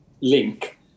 link